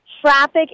Traffic